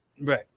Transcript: Right